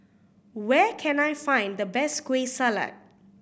where can I find the best Kueh Salat